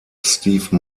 steve